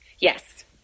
Yes